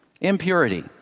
Impurity